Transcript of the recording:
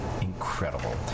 Incredible